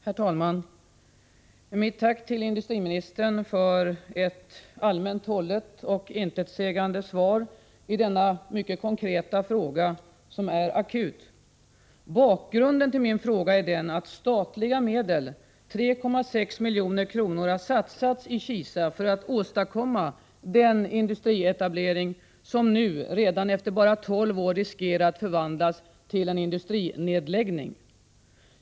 Herr talman! Jag vill tacka industriministern för ett allmänt hållet och intetsägande svar på denna mycket konkreta fråga, som ju är akut. Bakgrunden till min fråga är den att statliga medel, 3,6 milj.kr., har satsats i Kisa för att åstadkomma den industrietablering som nu, redan efter tolv år, riskerar att förvandlas till en industrinedläggning.